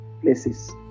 places